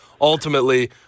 ultimately